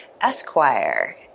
Esquire